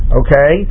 okay